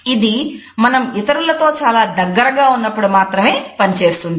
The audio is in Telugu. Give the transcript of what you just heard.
ఇది మనం ఇతరులతో చాలా దగ్గరగా ఉన్నప్పుడు మాత్రమే పనిచేస్తుంది